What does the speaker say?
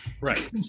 Right